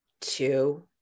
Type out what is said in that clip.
two